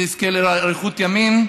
יזכה לאריכות ימים,